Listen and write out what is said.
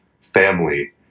family